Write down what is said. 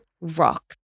rock